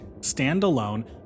standalone